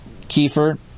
Kiefer